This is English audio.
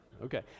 Okay